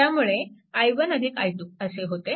त्यामुळे i1 i2असे होते